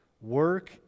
work